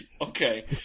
Okay